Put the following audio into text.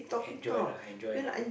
enjoy lah enjoy lah